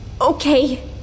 okay